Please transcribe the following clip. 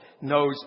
knows